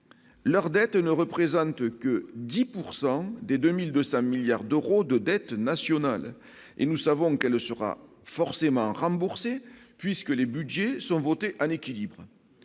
leurs dettes ne représente que 10 pourcent dès 2002 ça milliards d'euros de dettes nationales et nous savons qu'elle sera forcément remboursés, puisque les Budgets sont votés à l'équilibre,